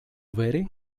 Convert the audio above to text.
vere